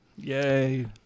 Yay